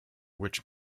which